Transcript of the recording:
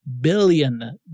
billion